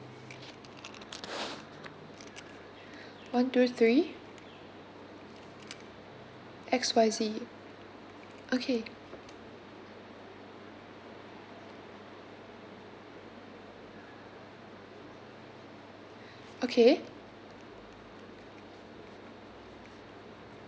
one two three X Y Z okay okay